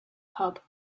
hub